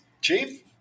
Chief